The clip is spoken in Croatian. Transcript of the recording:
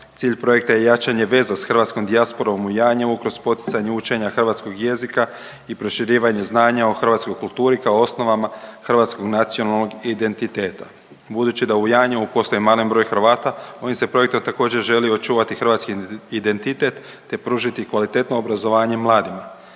Cilj projekta je jačanje veza s hrvatskom dijasporom u Janjevu kroz poticanje učenja hrvatskog jezika i proširivanje znanje o hrvatskoj kulturi kao osnovama hrvatskog nacionalnog identiteta. Budući da u Janjevu postoji malen broj Hrvata ovim se projektom također želi očuvati hrvatski identitet te pružiti kvalitetno obrazovanje mladima.